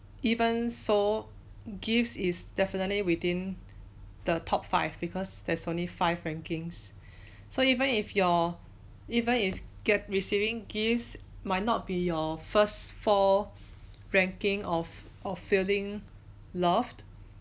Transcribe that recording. even so gifts is definitely within the top five because there's only five rankings so even if your even if get receiving gifts might not be your first four ranking of of feeling loved